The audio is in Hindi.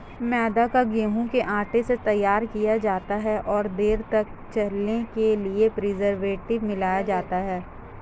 मैदा को गेंहूँ के आटे से तैयार किया जाता है और देर तक चलने के लिए प्रीजर्वेटिव मिलाया जाता है